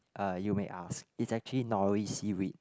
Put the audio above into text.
uh you may ask it's actually nori seaweed